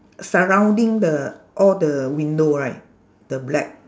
surrounding the all the window right the black